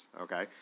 okay